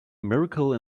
miracle